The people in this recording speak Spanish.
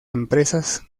empresas